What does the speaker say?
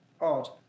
Odd